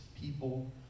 people